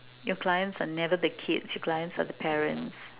your clients are never the kids your clients are the parents